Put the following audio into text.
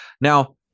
Now